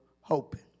hoping